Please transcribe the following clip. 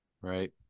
Right